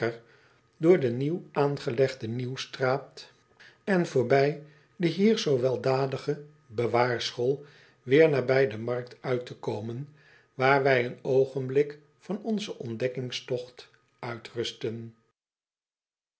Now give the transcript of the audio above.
door de nieuw aangelegde i e u w s t r a a t en voorbij de hier zoo weldadige b e w a a r s c h o o l weêr nabij de markt uit te komen waar wij een oogenblik van onzen ontdekkingstogt uitrusten